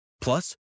Plus